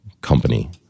company